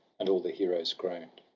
and all the heroes groan'd.